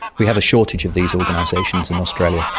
we have a shortage of these organizations in australia,